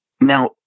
Now